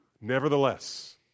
Nevertheless